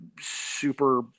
super